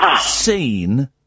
seen